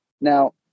Now